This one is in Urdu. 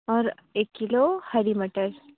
اور ایک کلو ہری مٹر